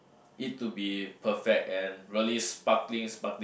it to be perfect and really sparkling sparkling